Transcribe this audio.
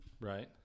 Right